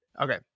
okay